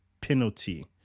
penalty